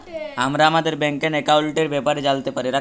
আমরা আমাদের ব্যাংকের একাউলটের ব্যাপারে জালতে পারি